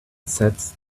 sets